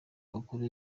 bakuru